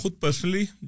personally